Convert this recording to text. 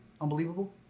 Unbelievable